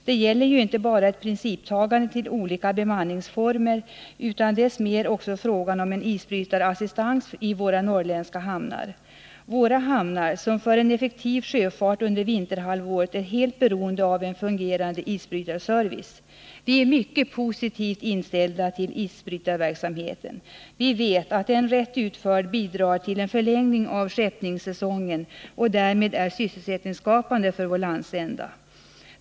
Det gäller ju inte bara ett principiellt ställningstagande till olika bemanningsformer utan i ännu högre grad frågan om en isbrytarassistans i våra norrländska hamnar — våra hamnar, som för effektiv sjöfart under vinterhalvåret är helt beroende av en fungerande isbrytarservice. Vi är mycket positivt inställda till isbrytarverksamheten. Vi vet att den rätt utförd bidrar till en förlängning av skeppningss äsongen och därmed är sysselsättningsskapande för vår landsända.